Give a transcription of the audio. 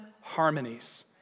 harmonies